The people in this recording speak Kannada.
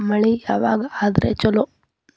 ಮಳಿ ಯಾವಾಗ ಆದರೆ ಛಲೋ?